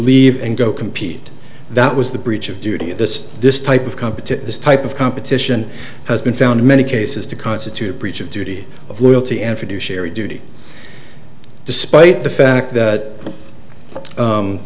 leave and go compete that was the breach of duty this this type of competition this type of competition has been found in many cases to constitute breach of duty of loyalty and fiduciary duty despite the fact that